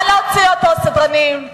נא להוציא אותו, סדרנים.